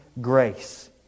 grace